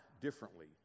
differently